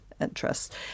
interests